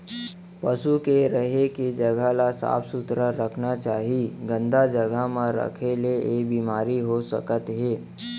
पसु के रहें के जघा ल साफ सुथरा रखना चाही, गंदा जघा म राखे ले ऐ बेमारी हो सकत हे